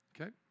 Okay